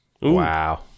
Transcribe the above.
Wow